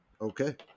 Okay